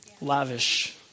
lavish